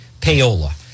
Paola